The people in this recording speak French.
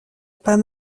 pas